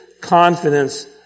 confidence